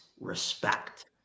respect